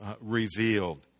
revealed